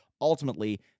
Ultimately